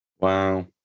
Wow